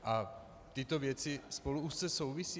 A tyto věci spolu úzce souvisí.